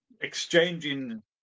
exchanging